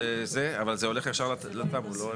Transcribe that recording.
אבל זה הולך יש לטאבו, לא?